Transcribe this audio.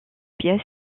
pièce